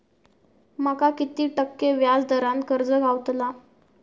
माका किती टक्के व्याज दरान कर्ज गावतला?